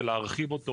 ולהרחיב אותו